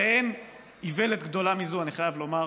הרי אין איוולת גדולה מזו, אני חייב לומר.